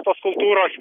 tos kultūros